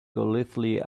golightly